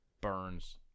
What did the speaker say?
burns